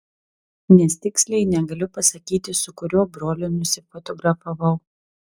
nes tiksliai negaliu pasakyti su kuriuo broliu nusifotografavau